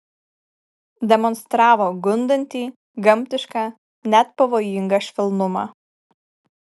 demonstravo gundantį gamtišką net pavojingą švelnumą